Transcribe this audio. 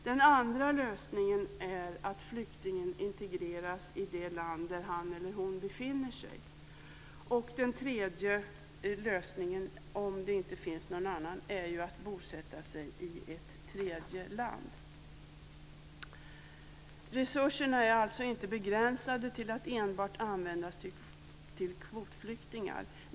Den andra lösningen är att flyktingen integreras i det land där han eller hon befinner sig. Den tredje lösningen, om det inte finns någon annan, är ju att bosätta sig i ett tredje land. Resurserna är alltså inte begränsade till att enbart användas till kvotflyktingar.